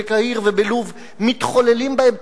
בקהיר ובלוב מתחוללים בהן,